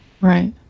right